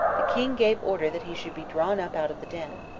the king gave order that he should be drawn up out of the den.